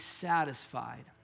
satisfied